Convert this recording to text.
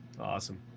Awesome